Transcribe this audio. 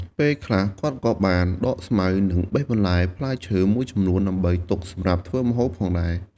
ពេលខ្លះ គាត់ក៏បានដកស្មៅ និងបេះបន្លែ ផ្លែឈើមួយចំនួន ដើម្បីទុកសម្រាប់ធ្វើម្ហូបផងដែរ។